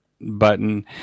button